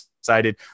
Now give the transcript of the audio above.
excited